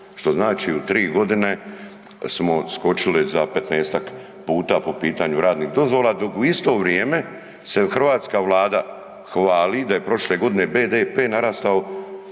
što znači u 3.g. smo odskočili za 15-tak puta po pitanju radnih dozvola, dok u isto vrijeme se hrvatska vlada hvali da je prošle godine BDP narastao